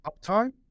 uptime